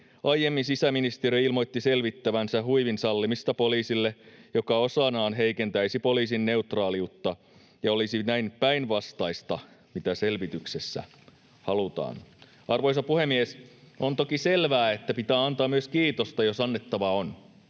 Aiemmin sisäministeriö ilmoitti selvittävänsä huivin sallimista poliisille, mikä osanaan heikentäisi poliisin neutraaliutta ja olisi näin päinvastaista siihen nähden, mitä selvityksessä halutaan. Arvoisa puhemies! On toki selvää, että pitää antaa myös kiitosta, jos annettavaa on.